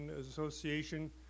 Association